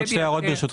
עוד שתי הערות ברשותך.